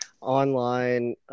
online